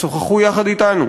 שוחחו יחד אתנו,